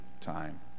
time